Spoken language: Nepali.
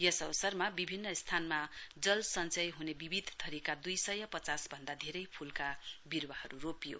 यस अवसरमा विभिन्न स्थानमा जल सञ्चय हुने विविध थरीका दईसय पचास भन्दा धेरै फूलका विरूवाहरू रोपियो